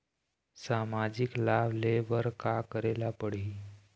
सामाजिक लाभ ले बर का करे ला पड़ही?